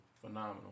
phenomenal